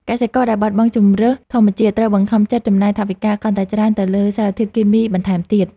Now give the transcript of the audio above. កសិករដែលបាត់បង់ជម្រើសធម្មជាតិ ត្រូវបង្ខំចិត្តចំណាយថវិកាកាន់តែច្រើនទៅលើសារធាតុគីមីបន្ថែមទៀត។